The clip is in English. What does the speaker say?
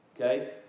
Okay